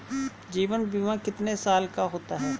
जीवन बीमा कितने साल का होता है?